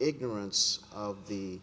ignorance of